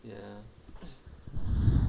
ya